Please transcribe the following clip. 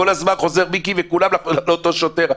כל הזמן חוזר מיקי וכולם לאותו שוטר.